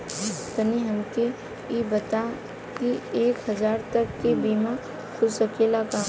तनि हमके इ बताईं की एक हजार तक क बीमा खुल सकेला का?